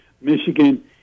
Michigan